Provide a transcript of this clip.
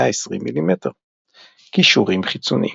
משתמשים עתידיים